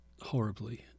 horribly